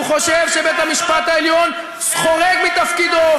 שהוא חושב שבית-המשפט העליון חורג מתפקידו,